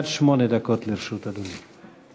עד שמונה דקות לרשות אדוני.